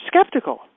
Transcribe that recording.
skeptical